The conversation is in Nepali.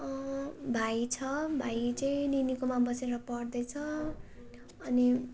भाइ छ भाइ चाहिँ निनीकोमा बसेर पढ्दैछ अनि